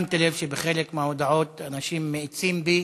שמתי לב שבחלק מההודעות אנשים מאיצים בי